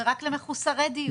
זה רק למחוסרי דיור.